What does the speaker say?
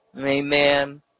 Amen